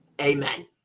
amen